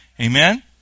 Amen